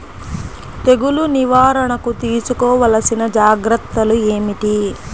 తెగులు నివారణకు తీసుకోవలసిన జాగ్రత్తలు ఏమిటీ?